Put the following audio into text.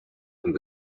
and